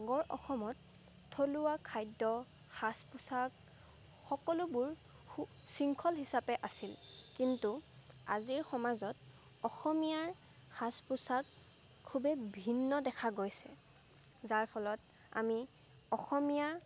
আগৰ অসমত থলুৱা খাদ্য সাজ পোছাক সকলোবোৰ সু শৃংখল হিচাপে আছিল কিন্তু আজিৰ সমাজত অসমীয়াৰ সাজ পোছাক খুবেই ভিন্ন দেখা গৈছে যাৰ ফলত আমি অসমীয়াৰ